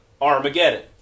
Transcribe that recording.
Armageddon